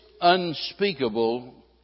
unspeakable